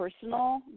personal